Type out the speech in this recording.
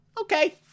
Okay